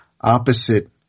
opposite